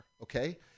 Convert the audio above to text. okay